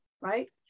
right